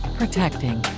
protecting